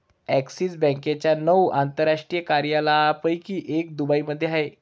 axis बँकेच्या नऊ आंतरराष्ट्रीय कार्यालयांपैकी एक दुबईमध्ये आहे